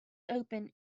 open